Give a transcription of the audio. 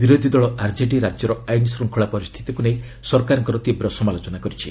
ବିରୋଧି ଦଳ ଆର୍ଜେଡି ରାଜ୍ୟର ଆଇନ ଶୃଙ୍ଖଳା ପରିସ୍ଥିତିକୁ ନେଇ ସରକାରଙ୍କର ତୀବ୍ର ସମାଲୋଚନା କରିଛି